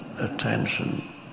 attention